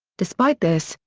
despite this,